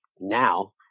now